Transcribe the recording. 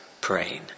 praying